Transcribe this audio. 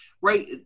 right